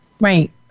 Right